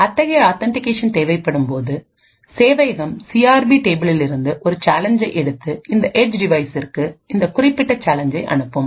அத்தகைய ஆத்தன்டிகேஷன் தேவைப்படும்போது சேவையகம் சிஆர்பி டேபிளிலிருந்து ஒரு சேலஞ்சை எடுத்து இந்த ஏட்ஜ் டிவைஸ்சிற்கு இந்த குறிப்பிட்ட சேலஞ்சை அனுப்பும்